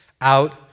out